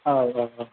औ औ